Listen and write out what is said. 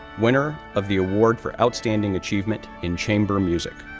winner of the award for outstanding achievement in chamber music,